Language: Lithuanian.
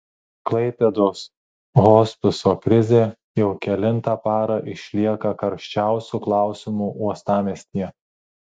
klaipėdos hospiso krizė jau kelintą parą išlieka karščiausiu klausimu uostamiestyje